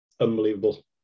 Unbelievable